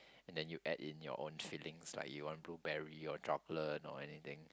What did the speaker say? and then you add in your own fillings like you want blueberry or chocolate or anything